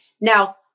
Now